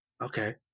Okay